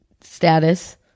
status